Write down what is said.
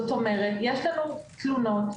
כלומר יש לנו תלונות,